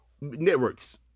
networks